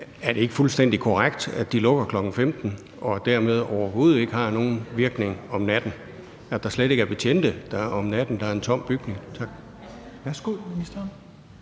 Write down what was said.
Er det ikke fuldstændig korrekt, at de lukker kl. 15 og dermed overhovedet ikke har nogen virkning om natten, altså at der slet ikke er betjente der om natten, men en tom bygning? Tak.